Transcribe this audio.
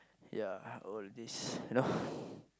ya all these you know